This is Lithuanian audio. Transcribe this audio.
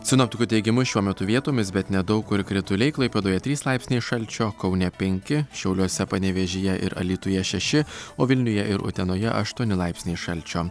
sinoptikų teigimu šiuo metu vietomis bet nedaug kur krituliai klaipėdoje trys laipsniai šalčio kaune penki šiauliuose panevėžyje ir alytuje šeši o vilniuje ir utenoje aštuoni laipsniai šalčio